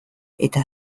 eta